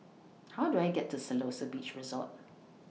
How Do I get to Siloso Beach Resort